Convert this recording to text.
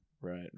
right